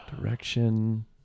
direction